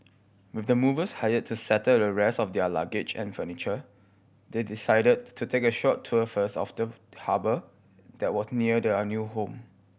with the movers hired to settle the rest of their luggage and furniture they decided to take a short tour first of the harbour that was near their new home